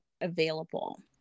available